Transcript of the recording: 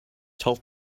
told